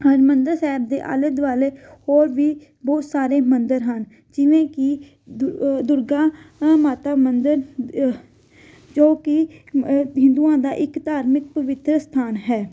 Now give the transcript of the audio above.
ਹਰਿਮੰਦਰ ਸਾਹਿਬ ਦੇ ਆਲੇ ਦੁਆਲੇ ਹੋਰ ਵੀ ਬਹੁਤ ਸਾਰੇ ਮੰਦਿਰ ਹਨ ਜਿਵੇਂ ਕਿ ਦੁ ਦੁਰਗਾ ਮਾਤਾ ਮੰਦਿਰ ਜੋ ਕਿ ਹਿੰਦੂਆਂ ਦਾ ਇੱਕ ਧਾਰਮਿਕ ਪਵਿੱਤਰ ਸਥਾਨ ਹੈ